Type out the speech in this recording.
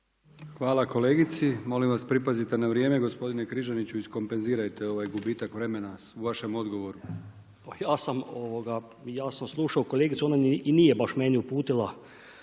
Hvala kolegici. Molim vas pripazite na vrijeme. Gospodine Križaniću iskompenzirajte ovaj gubitak vremena u vašem odgovoru. **Križanić, Josip (HDZ)** Ja sam slušao kolegicu ona i nije baš meni uputila